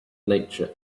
nature